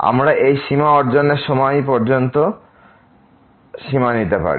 আমরা এই সীমা অর্জনের সময় পর্যন্ত সীমা নিতে পারি